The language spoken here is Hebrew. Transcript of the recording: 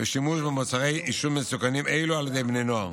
בשימוש במוצרי עישון מסוכנים אלה על ידי בני נוער,